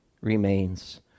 remains